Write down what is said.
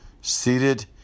seated